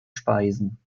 speisen